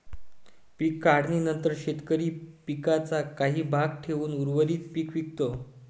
पीक काढणीनंतर शेतकरी पिकाचा काही भाग ठेवून उर्वरित पीक विकतो